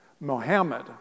Mohammed